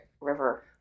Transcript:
river